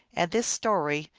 and this story,